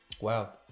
Wow